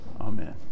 Amen